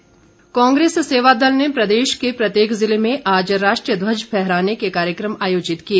सेवा दल कांग्रेस सेवा दल ने प्रदेश के प्रत्येक ज़िले में आज राष्ट्रीय ध्वज फहराने के कार्यक्रम आयोजित किए